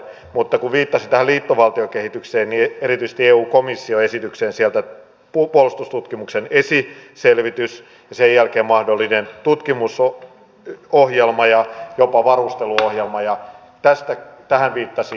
mutta kun viittasin tähän liittovaltiokehitykseen niin viittasin erityisesti eu komission esitykseen siellä on puolustustutkimuksen esiselvitys ja sen jälkeen mahdollinen tutkimusohjelma ja jopa valmistelut ohjelma ja tästä tähän varusteluohjelma